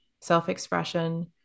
self-expression